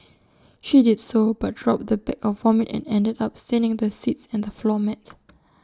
she did so but dropped the bag of vomit and ended up staining the seats and the floor mat